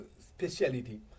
Speciality